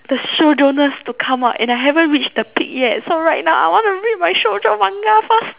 the shoujoness to come out and I haven't reach the peak yet so right now I wanna read my shoujo manga first